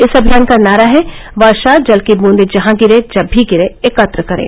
इस अभियान का नारा है वर्षा जल की बूंदे जहां गिरे जब भी गिरे एकत्र करें